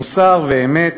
מוסר ואמת,